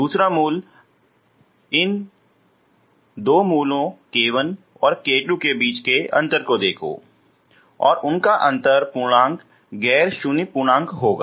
दूसरा मूल अब आप इन दो मूलों k1 और k2 के बीच अंतर को देखो और उनका अंतर पूर्णांक गैर शूंय पूर्णांक होगा